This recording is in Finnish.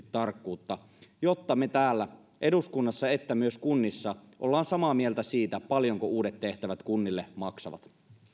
tarkkuutta jotta me täällä eduskunnassa ja myös kunnissa olemme samaa mieltä siitä paljonko uudet tehtävät kunnille maksavat